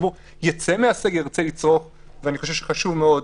הוא ייצא מהסגר וירצה לצרוך את זה.